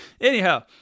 Anyhow